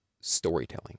storytelling